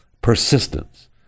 persistence